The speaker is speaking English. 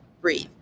breathe